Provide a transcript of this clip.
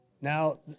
Now